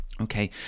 Okay